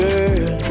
Girl